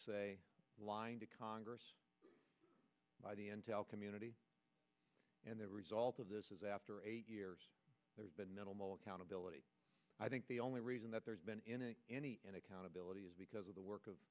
say lying to congress by the intel community and the result of this is after eight years there's been minimal accountability i think the only reason that there's been any and accountability is because of the work of